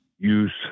use